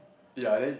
ya then